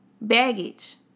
baggage